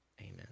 amen